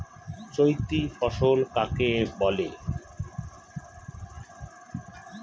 চৈতি ফসল কাকে বলে?